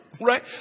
right